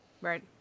Right